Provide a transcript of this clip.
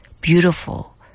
beautiful